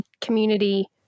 community